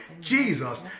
Jesus